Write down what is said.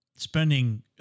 Spending